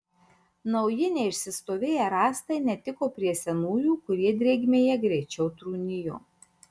nauji neišsistovėję rąstai netiko prie senųjų kurie drėgmėje greičiau trūnijo